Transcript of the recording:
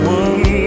one